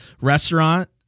restaurant